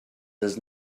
does